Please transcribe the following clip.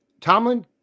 Tomlin